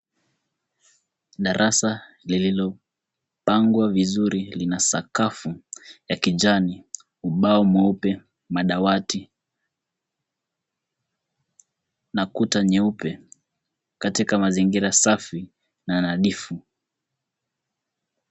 Darasa lililopangwa vizuri lina sakafu ya kijani, ubao mweupe, madawati na kuta nyeupe katika mazingira safi na nadhifu.